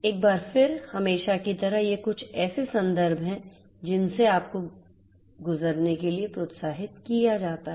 एक बार फिर हमेशा की तरह ये कुछ ऐसे संदर्भ हैं जिनसे आपको गुजरने के लिए प्रोत्साहित किया जाता है